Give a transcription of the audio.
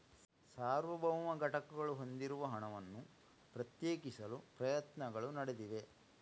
ಸಾರ್ವಭೌಮ ಘಟಕಗಳು ಹೊಂದಿರುವ ಹಣವನ್ನು ಪ್ರತ್ಯೇಕಿಸಲು ಪ್ರಯತ್ನಗಳು ನಡೆದಿವೆ